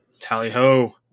Tally-ho